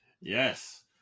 Yes